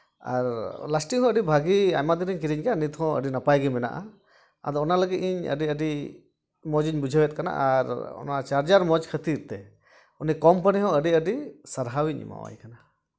ᱟᱨ lasting ᱦᱚᱸ ᱵᱷᱟᱹᱜᱤ ᱟᱭᱢᱟ ᱫᱤᱱᱨᱤᱧ ᱠᱤᱨᱤᱧ ᱟᱠᱟᱫᱟ ᱱᱤᱛᱦᱚᱸ ᱟᱹᱰᱤ ᱱᱟᱯᱟᱭ ᱜᱮ ᱢᱮᱱᱟᱜᱼᱟ ᱟᱫᱚ ᱚᱱᱟ ᱞᱟᱹᱜᱤᱫ ᱤᱧ ᱟᱹᱰᱤ ᱟᱹᱰᱤ ᱢᱚᱡᱤᱧ ᱵᱩᱡᱷᱟᱹᱣ ᱮᱜ ᱠᱟᱱᱟ ᱟᱨ ᱚᱱᱟ ᱪᱟᱨᱡᱟᱨ ᱢᱚᱡᱽ ᱠᱷᱟᱹᱛᱤᱨ ᱛᱮ ᱩᱱᱤ ᱠᱳᱢᱯᱟᱱᱤ ᱦᱚᱸ ᱟᱹᱰᱤ ᱟᱹᱰᱤ ᱥᱟᱨᱦᱟᱣᱤᱧ ᱮᱢᱟ ᱟᱭᱟ